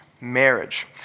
marriage